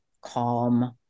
calm